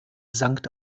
sankt